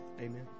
Amen